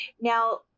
Now